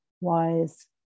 wise